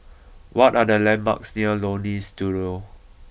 what are the landmarks near Leonie Studio